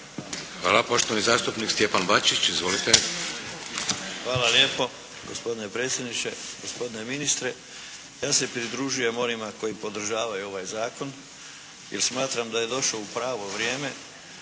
Hvala. Poštovani zastupnik Stjepan Bačić. Izvolite. **Bačić, Stjepan (HDZ)** Hvala lijepo. Gospodine predsjedniče, gospodine ministre. Ja se pridružujem onima koji podržavaju ovaj zakon jer smatram da je došao u pravo vrijeme